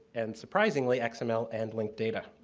and surprisingly xml and linked data.